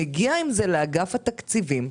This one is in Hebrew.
מגיע עם זה לאגף התקציבים,